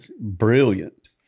Brilliant